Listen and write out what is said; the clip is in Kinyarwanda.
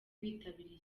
bitabiriye